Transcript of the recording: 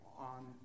on